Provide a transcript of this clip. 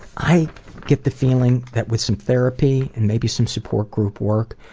i get the feeling that, with some therapy and maybe some support group work,